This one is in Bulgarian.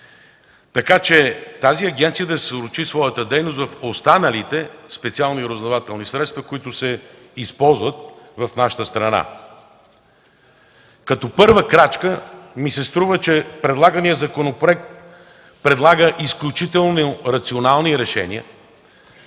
така че тази агенция да съсредоточи своята дейност върху останалите специални разузнавателни средства, които се използват в нашата страна. Като първа крачка ми се струва, че предлаганият законопроект дава изключително рационални решения,